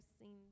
seen